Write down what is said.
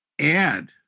add